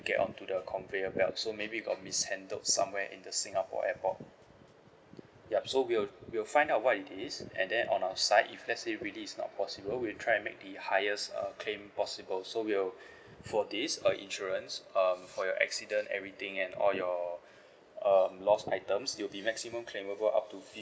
get onto the conveyor belt so maybe it got mishandled somewhere in the singapore airport yup so we'll we'll find out what it is and then on our side if let's say it really is not possible we'll try make the highest uh claim possible so we'll for this uh insurance um for your accident everything and all your um lost items it'll be maximum claimable up to